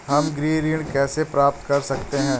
हम गृह ऋण कैसे प्राप्त कर सकते हैं?